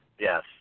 yes